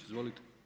Izvolite.